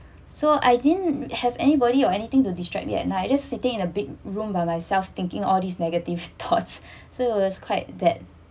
so I didn't have anybody or anything to distract me at night just sitting in a big room by myself thinking all these negative thoughts so is quite that